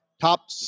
top